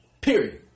Period